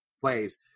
plays